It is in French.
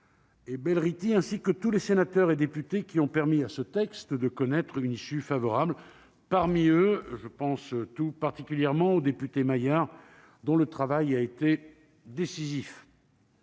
et Belrhiti, ainsi que tous les sénateurs et députés qui ont permis à ce texte de connaître une issue favorable. Parmi eux, je pense tout particulièrement au député Maillard, dont le travail a été décisif.